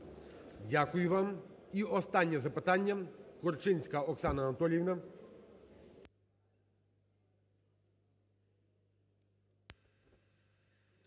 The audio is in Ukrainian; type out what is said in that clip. Дякую вам. І останнє запитання, Корчинська Оксана Анатоліївна.